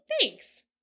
Thanks